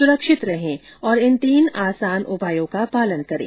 सुरक्षित रहें और इन तीन आसान उपायों का पालन करें